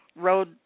Road